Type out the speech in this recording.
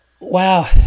Wow